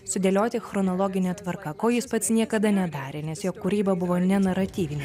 sudėlioti chronologine tvarka ko jis pats niekada nedarė nes jo kūryba buvo ne naratyvinė